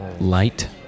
Light